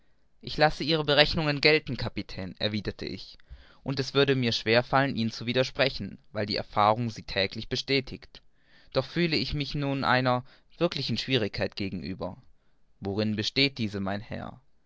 ich lasse ihre berechnungen gelten kapitän erwiderte ich und es würde mir schwer fallen ihnen zu widersprechen weil die erfahrung sie täglich bestätigt doch fühle ich mich nun einer wirklichen schwierigkeit gegenüber worin besteht diese mein herr